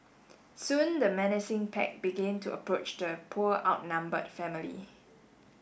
soon the menacing pack begin to approach the poor outnumbered family